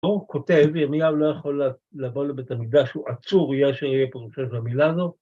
‫הוא כותב, ירמיהו לא יכול לבוא לבית המקדש ‫שהוא עצור, יהיה אשר יהיה פה חושב המילה הזאת.